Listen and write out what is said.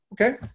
Okay